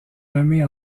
nommé